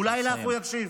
אולי לך הוא יקשיב.